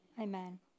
Amen